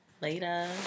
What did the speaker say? Later